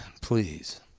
please